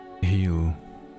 heal